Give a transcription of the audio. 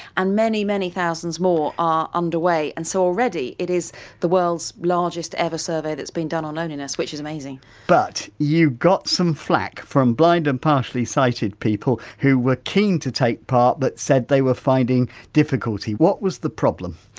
and many, many thousands more are underway. and so already it is the world's largest ever survey that's been done on loneliness, which is amazing but, you got some flak from blind and partially sighted people who were keen to take part that but said they were finding difficulty, what was the problem?